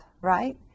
right